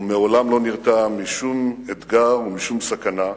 הוא מעולם לא נרתע משום אתגר ומשום סכנה.